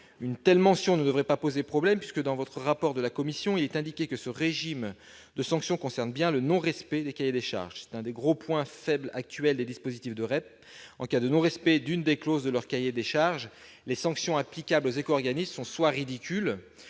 Une telle mention ne devrait pas poser problème, puisque le rapport de la commission précise que ce régime de sanction concerne bien le non-respect des cahiers des charges. Il s'agit de l'un des gros points faibles actuels des dispositifs REP : en cas de non-respect de l'une des clauses de leur cahier des charges, les sanctions applicables aux éco-organismes sont soit ridicules,